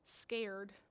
scared